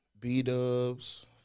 B-dubs